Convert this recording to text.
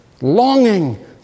longing